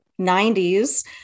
90s